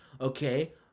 Okay